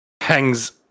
hangs